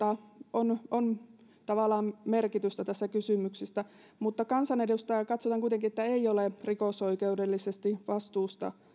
on on tavallaan merkitystä tässä kysymyksessä mutta katsotaan kuitenkin että kansanedustaja ei ole rikosoikeudellisesti vastuusta